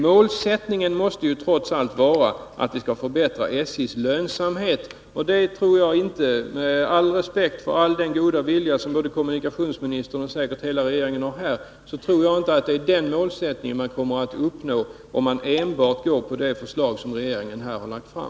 Målsättningen måste trots allt vara att vi skall förbättra SJ:s lönsamhet. Jag tror inte, med all respekt för den goda vilja som både kommunikationsministern och säkert hela regeringen har, att det är den målsättningen man kommer att uppnå om man enbart följer det förslag som regeringen har lagt fram.